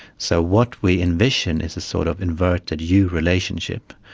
so what we envision is a sort of inverted u relationship,